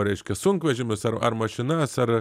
reiškia sunkvežimius ar ar mašinas ar